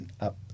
up